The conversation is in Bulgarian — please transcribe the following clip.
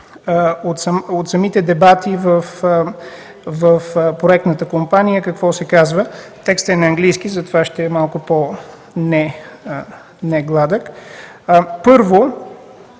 от самите дебати в проектната компания какво се казва. Текстът е на английски, затова ще е малко по негладък. Първо,